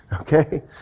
Okay